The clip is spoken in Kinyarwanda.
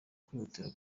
kwihutira